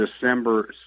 December